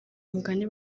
umugani